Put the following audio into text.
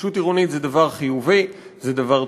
התחדשות עירונית זה דבר חיובי, זה דבר טוב,